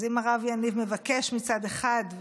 אז אם הרב יניב מבקש מצד אחד,